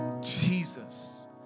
Jesus